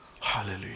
Hallelujah